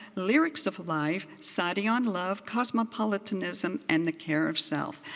lyrics of life sa'di on love, cosmopolitanism and the care of self.